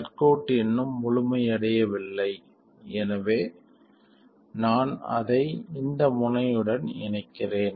circuit இன்னும் முழுமையடையவில்லை எனவே நான் அதை இந்த முனையுடன் இணைக்கிறேன்